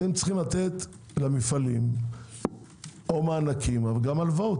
אתם צריכים לתת למפעלים מענקים וגם הלוואות.